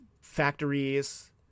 factories